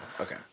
Okay